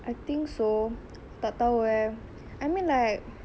I think so tak tahu eh I mean like